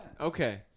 Okay